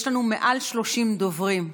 יש לנו מעל 30 דוברים.